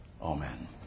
Amen